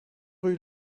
rue